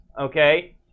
okay